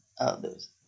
others